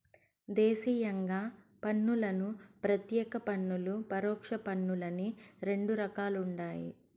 దేశీయంగా పన్నులను ప్రత్యేక పన్నులు, పరోక్ష పన్నులని రెండు రకాలుండాయి